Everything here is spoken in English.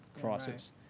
crisis